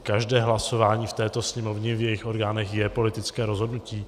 Každé hlasování v této Sněmovně, v jejích orgánech, je politické rozhodnutí.